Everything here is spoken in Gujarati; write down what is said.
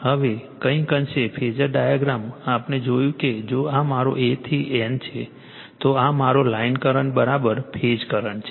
હવે કંઈક અંશે ફેઝર ડાયાગ્રામ આપણે જોયું કે જો આ મારો A થી N છે તો આ મારો લાઇન કરંટ ફેઝ કરંટ છે